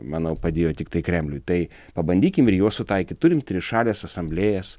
manau padėjo tiktai kremliui tai pabandykim ir juos sutaikyt turim trišales asamblėjas